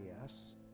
yes